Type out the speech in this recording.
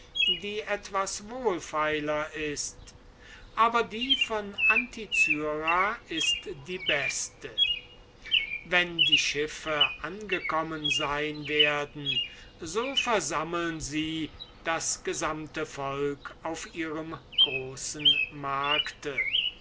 die etwas wohlfeiler ist aber die von anticyra ist die beste wenn die schiffe angekommen sein werden so lassen sie das gesamte volk auf ihrem großen markte